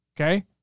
Okay